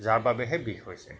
যাৰ বাবেহে বিষ হৈছে